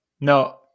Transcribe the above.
No